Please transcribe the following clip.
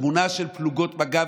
תמונה של פלוגות מג"ב,